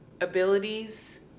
abilities